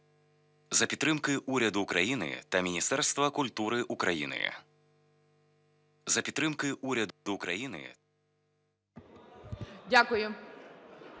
Дякую.